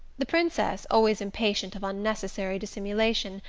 the princess, always impatient of unnecessary dissimulation,